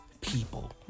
people